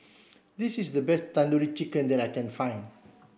this is the best Tandoori Chicken that I can find